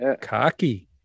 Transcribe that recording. Cocky